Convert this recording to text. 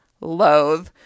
loathe